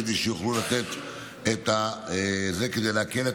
כדי שיוכלו לתת את זה כדי להקל על